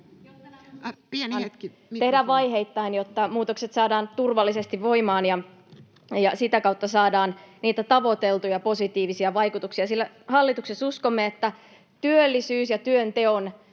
tehdään vaiheittain, jotta nämä muutokset saadaan turvallisesti voimaan ja sitä kautta niitä tavoiteltuja positiivisia vaikutuksia, sillä hallituksessa uskomme, että työllisyys ja työnteon